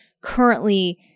currently